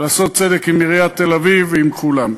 לעשות צדק עם עיריית תל-אביב ועם כולם.